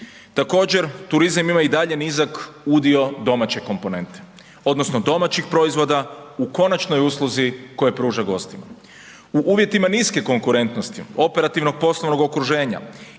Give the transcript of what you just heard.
Također, turizam ima i dalje nizak udio domaće komponente odnosno domaćih proizvoda u konačnoj usluzi koje pruža gostima. U uvjetima niske konkurentnosti operativnog poslovnog okruženja